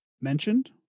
mentioned